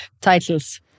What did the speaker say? titles